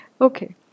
Okay